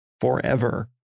Forever